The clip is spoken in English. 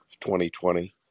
2020